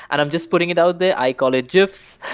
and i'm just putting it out there. i call it gifs.